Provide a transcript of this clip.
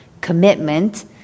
commitment